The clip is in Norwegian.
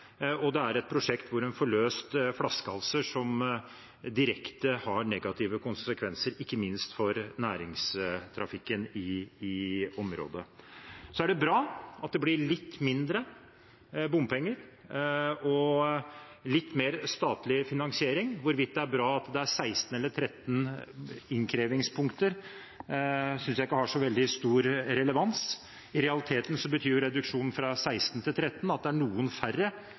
prosjekt. Det er et viktig prosjekt, hvor en bygger opp under gang- og sykkelvei og får løst flaskehalser som direkte har negative konsekvenser, ikke minst for næringstrafikken i området. Det er bra at det blir litt mindre bompenger og litt mer statlig finansering. Hvorvidt det er bra med 16 eller 13 innkrevingspunkter, synes jeg ikke har så veldig stor relevans. I realiteten betyr en reduksjon fra 16 til 13 at noen færre